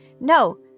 No